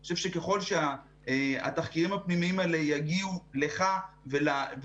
אני חושב שככל שהתחקירים הפנימיים האלה יגיעו לך ולציבור,